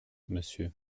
monsieur